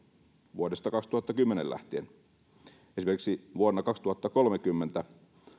vuodesta kaksituhattakymmenen lähtien pienentänyt vuosittain kasvava elinaikakerroin esimerkiksi vuonna kaksituhattakolmekymmentä